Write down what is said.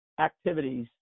activities